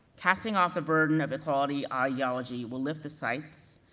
casting off the burden of equality ideology will lift the sights,